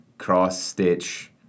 cross-stitch